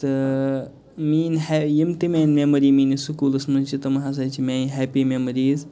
تہٕ میٲنۍ ہے یِم تہِ میٲنۍ میٚمری میٲنِس سُکوٗلَس منٛز چھِ تِم ہسا چھِ میٲنۍ ہیٚپی میٚمریِز